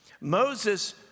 Moses